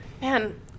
Man